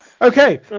Okay